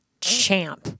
champ